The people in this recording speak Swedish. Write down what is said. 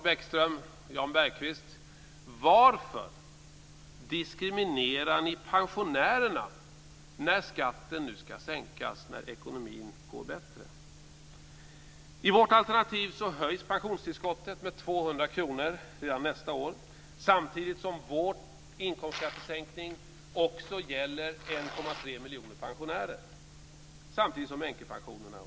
Bergqvist: Varför diskriminerar ni pensionärerna när skatten nu ska sänkas då ekonomin går bättre? I vårt alternativ höjs pensionstillskottet med 200 kr redan nästa år, samtidigt som vår inkomstskattesänkning också gäller 1,3 miljoner pensionärer. Samtidigt återställs änkepensionerna.